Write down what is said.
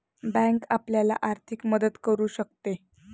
bank आपल्याला आर्थिक मदत करू शकते